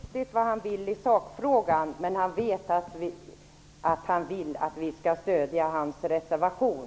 Fru talman! Lars Bäckström vet inte riktigt vad han vill i sakfrågan, men han vet att han vill att vi skall stödja hans reservation.